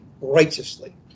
righteously